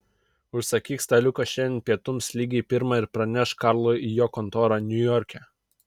užsakyk staliuką šiandien pietums lygiai pirmą ir pranešk karlui į jo kontorą niujorke